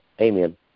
Amen